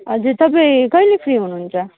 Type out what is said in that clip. हजुर तपाईँ कहिले फ्री हुनुहुन्छ